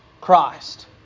Christ